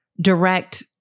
direct